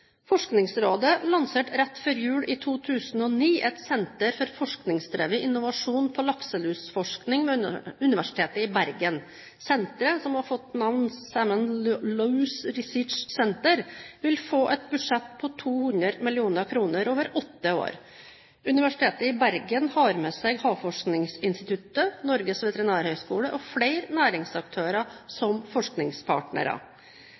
Forskningsrådet lanserte rett før jul i 2009 et senter for forskningsdrevet innovasjon på lakselusforskning ved Universitetet i Bergen. Senteret, som har fått navnet Salmon Louse Research Centre, vil få et budsjett på 200 mill. kr over åtte år. Universitetet i Bergen har med seg Havforskningsinstituttet, Norges veterinærhøgskole og flere næringsaktører